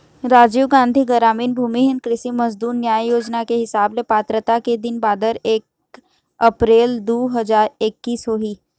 राजीव गांधी गरामीन भूमिहीन कृषि मजदूर न्याय योजना के हिसाब ले पात्रता के दिन बादर एक अपरेल दू हजार एक्कीस होही